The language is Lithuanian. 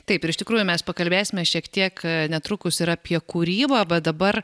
taip ir iš tikrųjų mes pakalbėsime šiek tiek netrukus ir apie kūrybą bet dabar